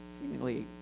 seemingly